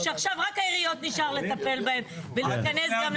שעכשיו רק העיריות נשאר לטפל בהם ולהיכנס גם לתוכם.